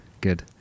good